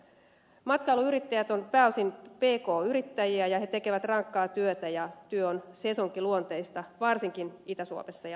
matkailuyrittäjät ovat pääosin pk yrittäjiä ja he tekevät rankkaa työtä ja työ on sesonkiluonteista varsinkin itä suomessa ja lapissa